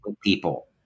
people